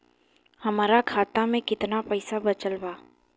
हमरा खाता मे केतना पईसा बचल बा?